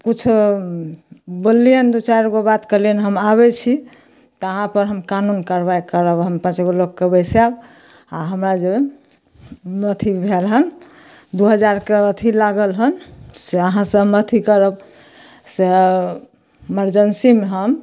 किछु बोललिअनि दुइ चारिगो बात कहलिअनि हम आबै छी तऽ अहाँपर हम कानून कार्रवाइ करब हम पाँचगो लोकके बैसाएब आओर हमरा जे अथी भेल हँ दुइ हजारके अथी लागल हँ से अहाँसँ हम अथी करब से इमरजेन्सीमे हम